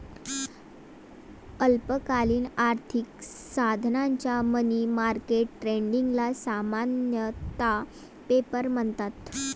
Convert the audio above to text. अल्पकालीन आर्थिक साधनांच्या मनी मार्केट ट्रेडिंगला सामान्यतः पेपर म्हणतात